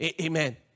Amen